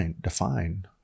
define